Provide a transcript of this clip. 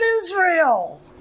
Israel